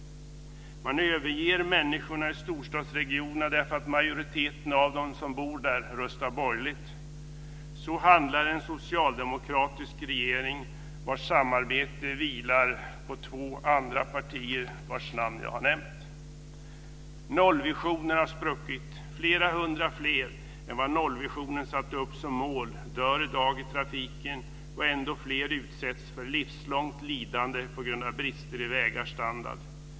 Man överger människorna i storstadsregionerna därför att majoriteten av dem som bor där röstar borgerligt. Så handlar en socialdemokratisk regering vars samarbete vilar på två partier jag redan har nämnt. Nollvisionen har spruckit. Flera hundra fler än vad nollvisionen satte upp som mål dör i dag i trafiken och ändå fler utsätts för livslångt lidande på grund av brister i vägars standard.